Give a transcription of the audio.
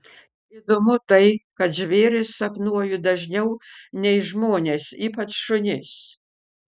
įdomu tai kad žvėris sapnuoju dažniau nei žmones ypač šunis